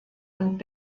und